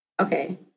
okay